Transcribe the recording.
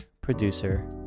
producer